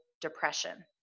depression